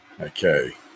okay